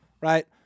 right